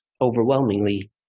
overwhelmingly